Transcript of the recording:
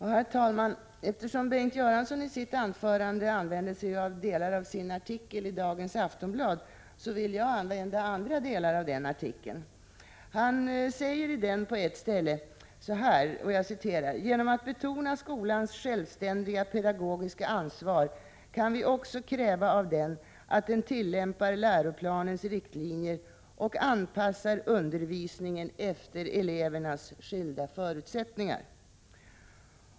Herr talman! Eftersom Bengt Göransson i sitt anförande använde delar av sin artikel i dagens Aftonblad, vill jag använda andra delar av den artikeln. Han säger i artikeln att ”genom att betona skolans självständiga pedagogiska ansvar kan vi också kräva av den att den tillämpar läroplanens riktlinjer och anpassar undervisningen efter elevernas skilda förutsättningar”.